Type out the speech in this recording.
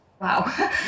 Wow